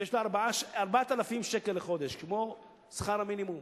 ויש לה 4,000 שקלים לחודש, כמו שכר המינימום,